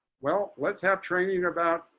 well, let's have training about